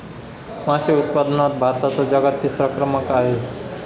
मासे उत्पादनात भारताचा जगात तिसरा क्रमांक आहे